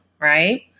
right